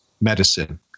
medicine